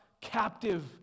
captive